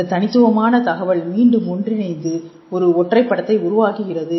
இந்தத் தனித்துவமான தகவல் மீண்டும் ஒன்றிணைந்து ஒரு ஒற்றை படத்தை உருவாக்குகிறது